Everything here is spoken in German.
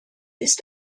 ist